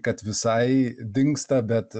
kad visai dingsta bet